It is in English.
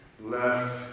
left